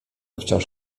wciąż